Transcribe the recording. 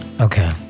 Okay